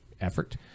effort